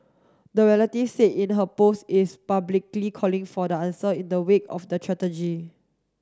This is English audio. the relative said in her post is publicly calling for the answer in the wake of the